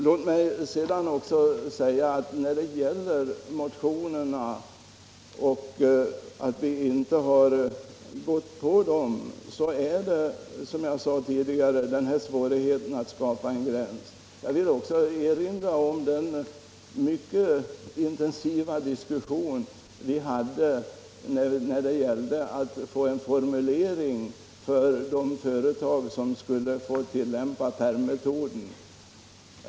Låt mig sedan också, som jag tidigare påpekat, säga att anledningen till att vi inte tillstyrkt motionerna är svårigheten att dra en gräns. Jag vill erinra om den mycket intensiva diskussion vi förde när det gällde att formulera avgränsningen av den grupp av företag som skulle få tilllämpa pärmmetoden.